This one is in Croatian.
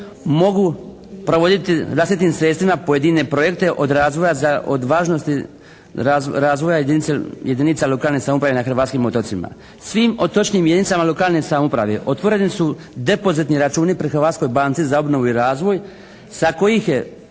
mogu provoditi … /Ne razumije se./ … sredstvima pojedine projekte od razvoja od važnosti razvoja jedinica lokalne samouprave na hrvatskim otocima. Svim otočnim jedinicama lokalne samouprave otvorene su depozitni računi pri Hrvatskoj banci za obnovu i razvoj sa kojih je